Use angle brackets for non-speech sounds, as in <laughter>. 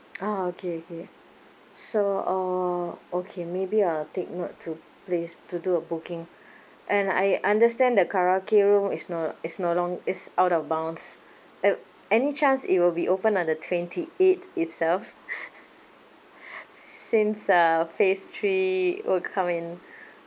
ah okay okay so uh okay maybe I'll take note to place to do a booking and I understand the karaoke room is no is no lon~ is out of bounds an~ any chance it will be open on the twenty eighth itself <laughs> since the phase three will come in